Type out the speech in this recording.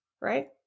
right